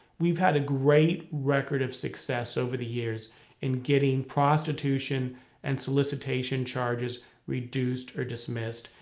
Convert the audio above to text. we've had a great record of success over the years in getting prostitution and solicitation charges reduced or dismissed.